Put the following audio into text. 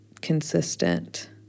consistent